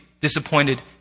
disappointed